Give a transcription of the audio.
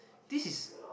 this is